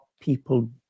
people